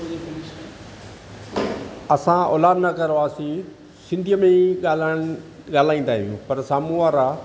असां उल्हासनगर वासी सिंधीअ में ई ॻाल्हाइणु ॻाल्हाईंदा आहियूं पर साम्हूं वारा